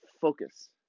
focus